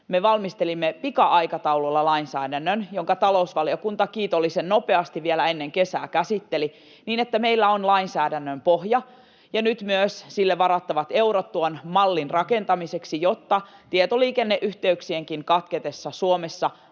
me valmistelimme pika-aikataululla lainsäädännön, jonka talousvaliokunta kiitollisen nopeasti vielä ennen kesää käsitteli, niin että meillä on lainsäädännön pohja ja nyt myös sille varattavat eurot tuon mallin rakentamiseksi, jotta tietoliikenneyhteyksienkin katketessa Suomessa